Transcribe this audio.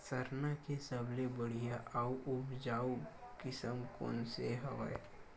सरना के सबले बढ़िया आऊ उपजाऊ किसम कोन से हवय?